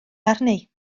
arni